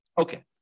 Okay